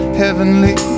heavenly